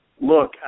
look